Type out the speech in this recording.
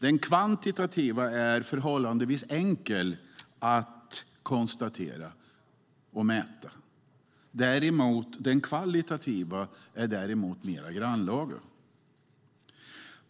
Den kvantitativa är förhållandevis enkel att mäta. Den kvalitativa är däremot mer grannlaga.